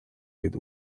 with